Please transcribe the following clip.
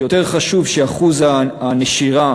יותר חשוב שאחוז הנשירה